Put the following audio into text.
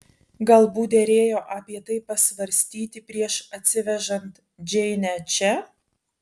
galbūt derėjo apie tai pasvarstyti prieš atsivežant džeinę čia